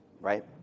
right